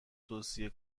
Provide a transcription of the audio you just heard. توصیه